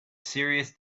serious